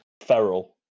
feral